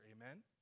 Amen